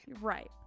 right